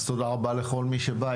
תודה רבה לכל מי שבא.